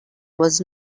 was